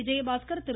Vijayabaskar Thiru